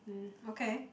hmm okay